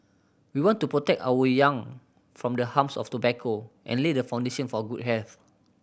we want to protect our young from the harms of tobacco and lay the foundation for good health